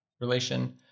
relation